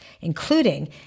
including